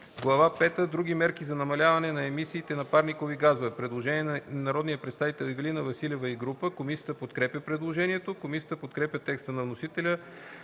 пета – Други мерки за намаляване емисиите на парникови газове”. Предложение на народния представител Ивелина Василева и група народни представители. Комисията подкрепя предложението. Комисията подкрепя текста на вносителя